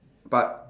but